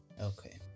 Okay